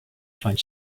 find